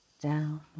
down